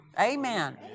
Amen